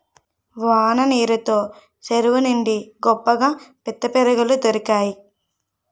వాన నీరు తో సెరువు నిండి గొప్పగా పిత్తపరిగెలు దొరికేయి